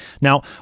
Now